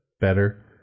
better